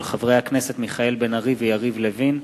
מאת חברי הכנסת מיכאל בן-ארי ויריב לוין,